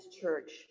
church